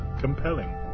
compelling